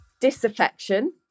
disaffection